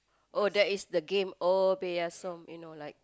oh that is the game oh-yeah-peh-yah-som you know like